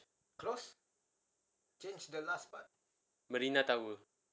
marina tower